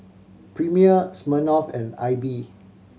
Premier Smirnoff and Aibi